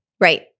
right